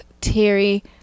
Terry